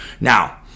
Now